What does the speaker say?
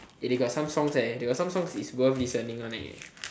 they got some songs they got some songs is worth listening one